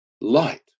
light